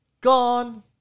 Gone